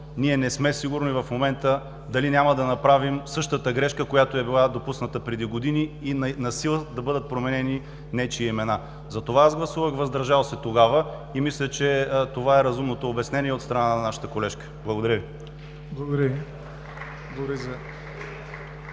ние не сме сигурни в момента дали няма да направим същата грешка, която е била допусната преди години и насила да бъдат променяни нечии имена. Затова аз гласувах „въздържал се“ тогава и мисля, че това е разумното обяснение от страна на нашата колежка. Благодаря Ви.